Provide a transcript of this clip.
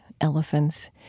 elephants